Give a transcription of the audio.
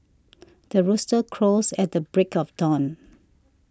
the rooster crows at the break of dawn